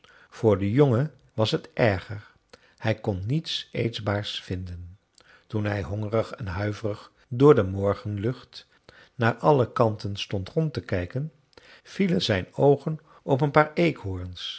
voor den jongen was het erger hij kon niets eetbaars vinden toen hij hongerig en huiverig door de morgenlucht naar alle kanten stond rond te kijken vielen zijn oogen op een paar